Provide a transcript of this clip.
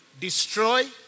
destroy